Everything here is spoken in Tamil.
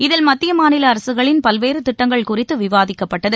இதில் மத்திய மாநில அரசுகளின் பல்வேறு திட்டங்கள் குறித்து விவாதிக்கப்பட்டது